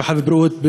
הרווחה והבריאות,